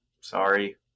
Sorry